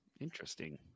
interesting